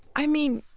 i mean.